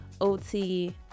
OT